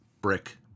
brick